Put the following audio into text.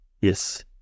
Yes